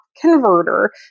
converter